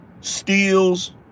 steals